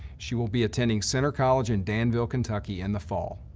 she will be attending centre college in danville, kentucky in the fall.